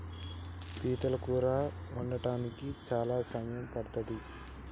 పీతల కూర వండడానికి చాలా సమయం పడ్తది